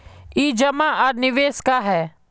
ई जमा आर निवेश का है?